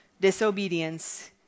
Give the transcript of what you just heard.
Disobedience